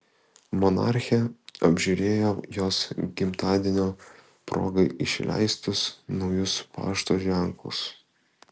monarchė apžiūrėjo jos gimtadienio proga išleistus naujus pašto ženklus